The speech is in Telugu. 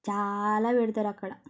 చాలా పెడతారు అక్కడ